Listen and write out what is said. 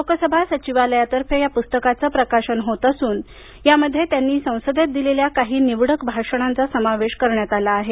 लोकसभा सचिवालयातर्फे ह्या पुस्तकाच प्रकाशन होत असून यामध्ये त्यांनी संसदेत दिलेल्या काही निवडक भाषणांचा समावेश करण्यात आला आहे